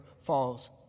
falls